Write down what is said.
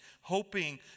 Hoping